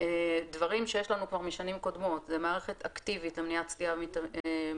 דברים שיש לנו כבר משנים קודמות מערכת אקטיבית למניעת סטייה מנתיב,